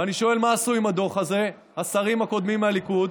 ואני שואל: מה עשו עם הדוח הזה השרים הקודמים מהליכוד?